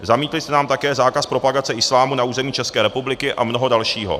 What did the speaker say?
Zamítli jste nám také zákaz propagace islámu na území České republiky a mnoho dalšího.